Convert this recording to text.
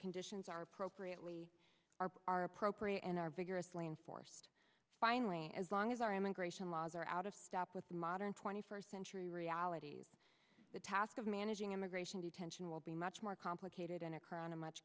conditions are appropriate we are are appropriate and are vigorously enforced finally as long as our immigration laws are out of step with modern twenty first century realities the task of man ging immigration detention will be much more complicated and occur on a much